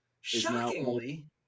shockingly